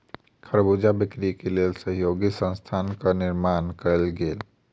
खरबूजा बिक्री के लेल सहयोगी संस्थानक निर्माण कयल गेल